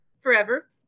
forever